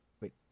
wait